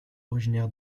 originaire